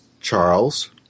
Charles